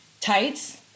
tights